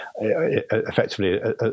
effectively